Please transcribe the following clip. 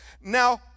Now